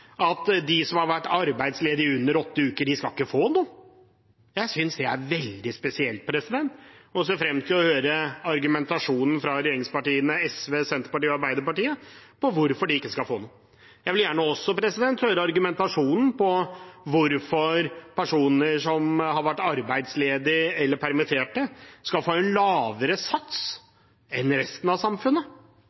at de som har vært arbeidsledige i under åtte uker, ikke skal få noe? Jeg synes det er veldig spesielt og ser frem til å høre argumentasjonen fra regjeringspartiene, SV, Senterpartiet og Arbeiderpartiet for hvorfor de ikke skal få noe. Jeg vil gjerne også høre argumentasjonen for hvorfor personer som har vært arbeidsledige eller permittert, skal få en lavere sats enn resten av samfunnet.